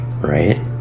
right